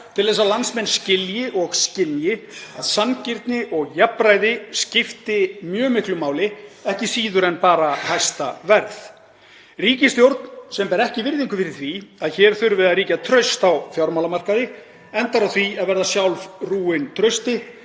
til að landsmenn skilji og skynji að sanngirni og jafnræði skiptir mjög miklu máli, ekki síður en bara hæsta verð. Ríkisstjórn sem ber ekki virðingu fyrir því að hér þurfi að ríkja traust á fjármálamarkaði (Forseti hringir.) endar á því að verða sjálf rúin trausti.